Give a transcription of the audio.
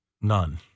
None